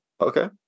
okay